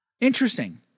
interesting